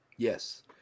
Yes